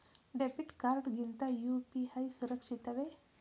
Debit card ಗಿಂತ UPI ಸುರಕ್ಷಿತವೇ?